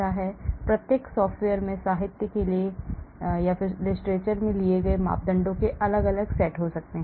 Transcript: इसलिए प्रत्येक सॉफ्टवेयर में litrature से लिए गए मापदंडों के अलग अलग सेट हो सकते हैं